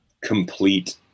complete